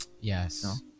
Yes